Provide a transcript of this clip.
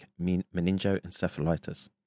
meningoencephalitis